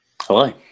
Hello